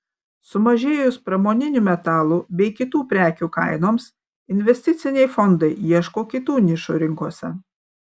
sumažėjus pramoninių metalų bei kitų prekių kainoms investiciniai fondai ieško kitų nišų rinkose